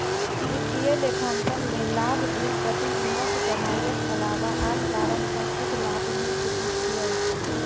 वित्तीय लेखांकन मे लाभ दिन प्रतिदिनक कमाइक अलावा आन कारण सं शुद्ध लाभ मे वृद्धि छियै